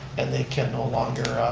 and they can no longer,